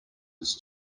his